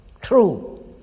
true